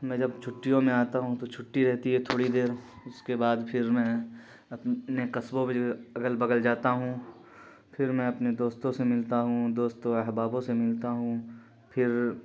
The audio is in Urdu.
میں جب چھٹیوں میں آتا ہوں تو چھٹی رہتی ہے تھوڑی دیر اس کے بعد پھر میں اپنے کصبوں اگل بغل جاتا ہوں پھر میں اپنے دوستوں سے ملتا ہوں دوستوں احبابوں سے ملتا ہوں پھر